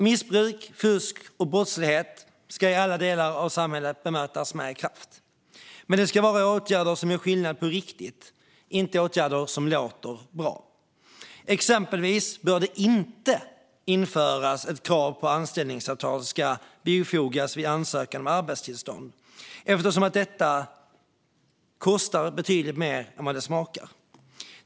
Missbruk, fusk och brottslighet ska i alla delar av samhället mötas med kraft. Men det ska vara åtgärder som gör skillnad på riktigt, inte åtgärder som låter bra. Exempelvis bör det inte införas ett krav på anställningsavtal som ska bifogas ansökan om arbetstillstånd eftersom detta kostar betydligt mer än vad det smakar.